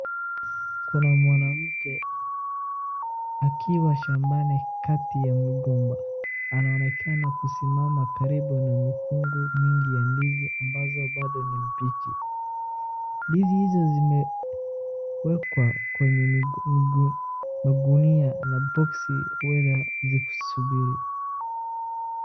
Kuna mwanamke akiwa shambani kati ya migomba, anaonekana kusimama karibu na mikungu mingi ya ndizi ambazo bado ni mbichi. Ndizi hizo zimewekwa kwenye magunia la boksi zikisubiri.